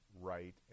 right